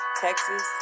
Texas